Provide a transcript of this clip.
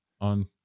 on